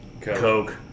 Coke